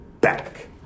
back